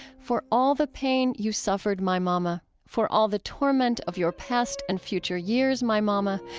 for all the pain you suffered, my mamma. for all the torment of your past and future years, my mamma.